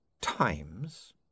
times